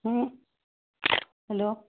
ହ ହ୍ୟାଲୋ